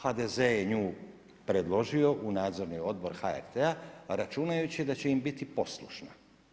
HDZ je nju predložio u nadzorni odbor HRT-a, a računajući da će im biti poslušna.